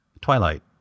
twilight